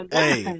hey